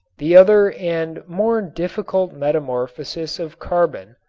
the other and more difficult metamorphosis of carbon,